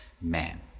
man